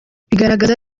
bigaragaza